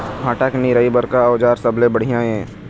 भांटा के निराई बर का औजार सबले बढ़िया ये?